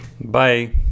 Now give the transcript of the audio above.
Bye